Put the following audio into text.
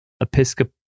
Episcopal